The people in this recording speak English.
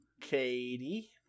Katie